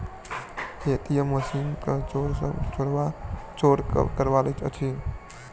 ATM machine के चोर सब चोरा क ल भगैत अछि